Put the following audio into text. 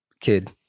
kid